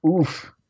Oof